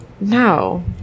no